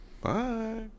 bye